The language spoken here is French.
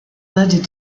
modes